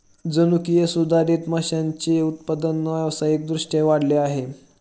जनुकीय सुधारित माशांचे उत्पादन व्यावसायिक दृष्ट्या वाढले आहे